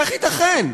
איך ייתכן?